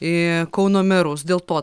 į kauno merus dėl to